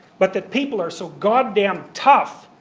but that people are so god-damn tough,